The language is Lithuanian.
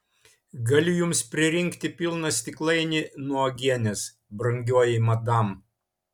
galiu jums pririnkti pilną stiklainį nuo uogienės brangioji madam